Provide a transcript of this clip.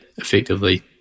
effectively